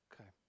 Okay